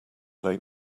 late